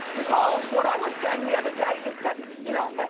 nicole, what i was saying the other day is that you know, ah